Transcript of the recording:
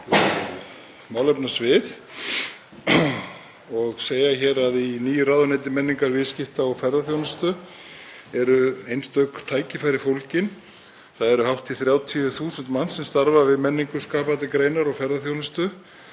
málefnasvið og segja að í nýju ráðuneyti menningar, viðskipta og ferðaþjónustu eru einstök tækifæri fólgin. Hátt í 30.000 manns starfa við menningu, skapandi greinar og ferðaþjónustu,